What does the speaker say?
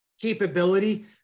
capability